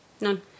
None